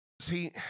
See